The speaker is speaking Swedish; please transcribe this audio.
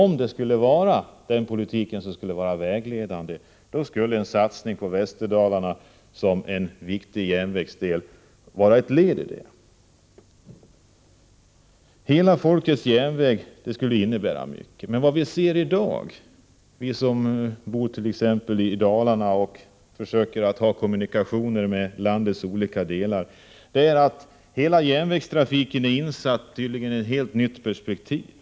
Men om den politiken vore vägledande, skulle en satsning på Västerdalarna som en viktig järnvägsdel vara ett led i detta. En hela folkets järnväg skulle betyda mycket. Vi som bor i Dalarna och försöker upprätthålla kommunikationer med landets olika delar finner att järnvägstrafiken tydligen är insatt i ett helt nytt perspektiv.